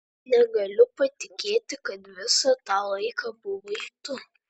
negaliu patikėti kad visą tą laiką buvai tu